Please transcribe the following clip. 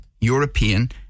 European